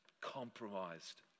compromised